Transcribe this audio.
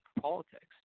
politics